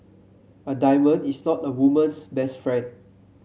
a diamond is not a woman's best friend